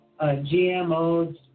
GMOs